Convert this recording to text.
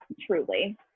Truly